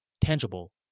tangible